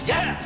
Yes